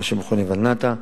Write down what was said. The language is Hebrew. לתכנון ולבנייה, הוולנת"ע.